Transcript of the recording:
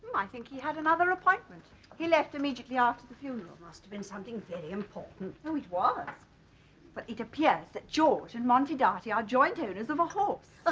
i think he had another appointment he left immediately after the funeral must have been something very important. oh it was but it appears that george and monty dartie are joint owners of a horse.